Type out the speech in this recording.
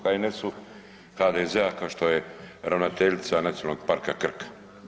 HNS-u, HDZ-a kao što je ravnateljica Nacionalnog parka Krka.